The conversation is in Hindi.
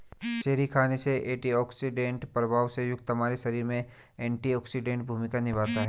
चेरी खाने से एंटीऑक्सीडेंट प्रभाव से युक्त हमारे शरीर में एंटीऑक्सीडेंट भूमिका निभाता है